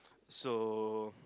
so